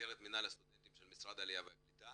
במסגרת מינהל הסטודנטים של משרד העלייה והקליטה